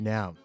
Now